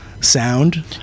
sound